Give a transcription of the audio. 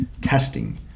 testing